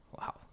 Wow